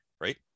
Right